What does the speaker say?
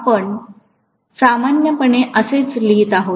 आपण सामान्यपणे असेच लिहित आहोत